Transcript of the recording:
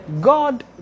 God